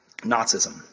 Nazism